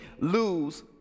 lose